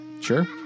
Sure